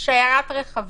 הציע שיירת רכבים.